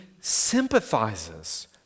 sympathizes